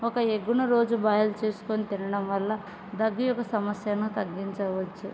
ఒక ఎగ్ను రోజు బాయిల్ చేసుకొని తినడం వల్ల దగ్గు యొక్క సమస్యను తగ్గించవచ్చు